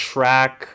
Track